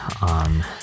on